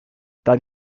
dann